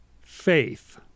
faith